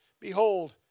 Behold